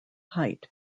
height